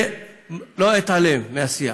לא אתעלם מהשיח,